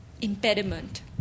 impediment